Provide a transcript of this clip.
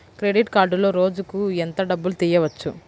Credit కార్డులో రోజుకు ఎంత డబ్బులు తీయవచ్చు?